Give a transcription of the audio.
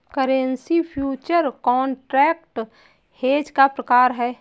currency future contract hedge का प्रकार है